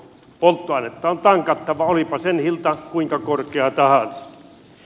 polttoainetta on tankattava olipa sen hinta kuinka korkea tahansa